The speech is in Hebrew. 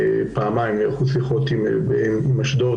נערכו שיחות פעמיים עם בית-החולים באשדוד,